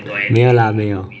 没有啦没有